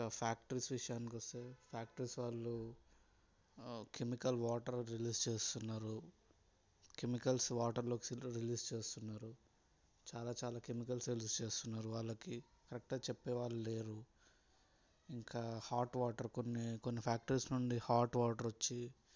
factories విషయానికి వస్తే factories వాళ్ళు కెమికల్ వాటర్ రిలీజ్ చేస్తున్నారు కెమికల్స్ వాటర్లోకి రిలీజ్ చేస్తున్నారు చాలా చాలా కెమికల్స్ రిలీజ్ చేస్తున్నారు వాళ్ళకి కరెక్ట్గా చెప్పే వాళ్ళు లేరు ఇంకా హాట్ వాటర్ కొన్ని కొన్ని ఫ్యాక్టరీస్ నుండి హాట్ వాటర్ వచ్చి